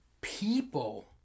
people